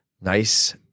nice